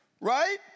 right